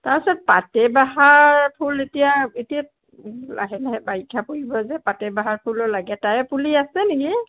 তাৰপাছত পাতে বাহাৰ ফুল এতিয়া এতিয়া লাহে লাহে বাৰিষা পৰিব যে পাতে বাহাৰ ফুলো লাগে তাৰে পুলি আছে নেকি